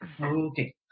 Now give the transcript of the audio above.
Okay